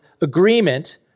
agreement